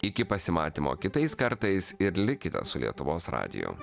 iki pasimatymo kitais kartais ir likite su lietuvos radiju